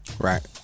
Right